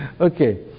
okay